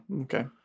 okay